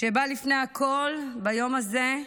לפני הכול, ביום הזה,